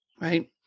right